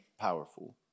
powerful